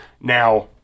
now